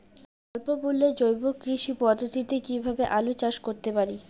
স্বল্প মূল্যে জৈব কৃষি পদ্ধতিতে কীভাবে আলুর চাষ করতে পারি?